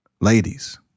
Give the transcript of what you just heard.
ladies